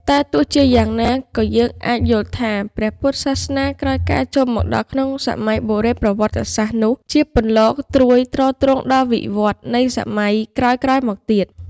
តែទោះជាយ៉ាងណា ក៏យើងអាចយល់ថា ព្រះពុទ្ធសាសនាក្រោយការចូលមកដល់ក្នុងសម័យបុរេប្រវត្តិសាស្ត្រនោះ ជាពន្លកត្រួយទ្រទ្រង់ដល់វិវឌ្ឍន៍នៃសម័យក្រោយៗមកទៀត ។